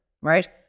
right